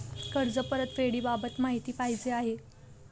कर्ज परतफेडीबाबत माहिती पाहिजे आहे